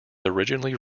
originally